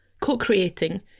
co-creating